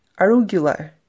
arugula